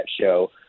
show